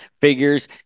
figures